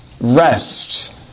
Rest